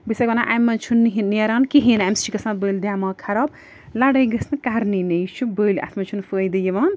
بہٕ چھِسَکھ ونان اَمہِ منٛز چھُنہٕ نیران کِہیٖنۍ اَمہِ سۭتۍ چھِ گژھان بٔلۍ دٮ۪ماغ خراب لڑٲے گٔژھ نہٕ کَرنی نہٕ یہِ چھُ بٔلۍ اَتھ منٛز چھُنہٕ فٲیدٕ یِوان